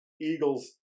Eagles